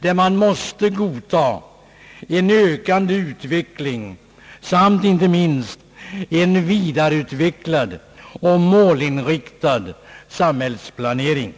där man måste godta en vikande utveckling samt inte minst en vidareutvecklad och målinriktad samhällsplanering.